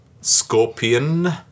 Scorpion